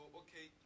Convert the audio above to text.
okay